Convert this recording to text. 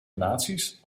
naties